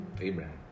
Abraham